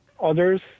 others